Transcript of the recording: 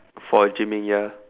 for gymming ya